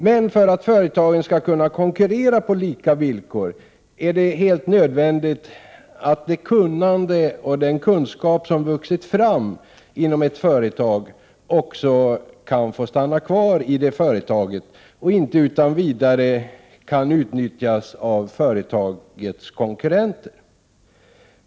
Men för att företagen skall kunna konkurrera på lika villkor är det helt nödvändigt att det kunnande och den kunskap som har vuxit fram inom ett företag också kan få stanna kvar i det företaget och inte utan vidare kan utnyttjas av företagets konkurrenter.